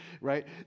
right